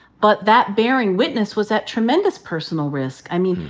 but that bearing witness was at tremendous personal risk. i mean,